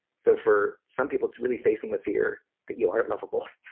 so for some people, it's really facing the fear that you are lovable,